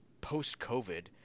post-COVID